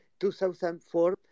2004